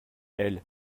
elle